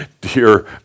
dear